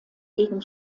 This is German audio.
gegen